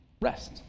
Rest